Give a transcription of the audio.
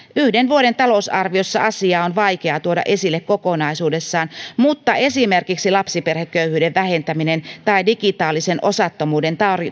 yhden vuoden talousarviossa asiaa on vaikea tuoda esille kokonaisuudessaan mutta esimerkiksi lapsiperheköyhyyden vähentäminen tai digitaalisen osattomuuden